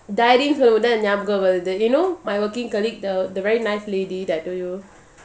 தைரியம்சொன்னவுடனேஎனக்குநியாபகம்வருது:thairiyam sonnavudane enaku niyabagam varuthu you know my working colleague the the very nice lady that I told you